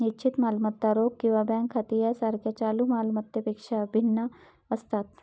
निश्चित मालमत्ता रोख किंवा बँक खाती यासारख्या चालू माल मत्तांपेक्षा भिन्न असतात